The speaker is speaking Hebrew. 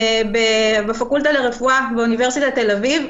בפקולטה לרפואה באוניברסיטת תל אביב.